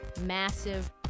massive